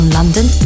London